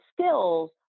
skills